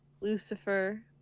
Lucifer